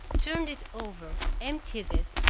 turned it over, emptied it,